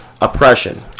oppression